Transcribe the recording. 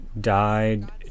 died